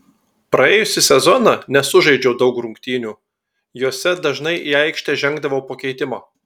praėjusį sezoną nesužaidžiau daug rungtynių jose dažnai į aikštę žengdavau po keitimo